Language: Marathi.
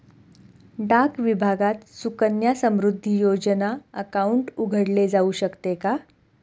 डाक विभागात सुकन्या समृद्धी योजना अकाउंट उघडले जाऊ शकते का?